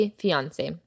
fiance